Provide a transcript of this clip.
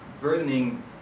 burdening